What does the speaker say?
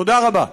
תודה רבה.